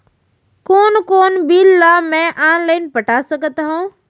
कोन कोन बिल ला मैं ऑनलाइन पटा सकत हव?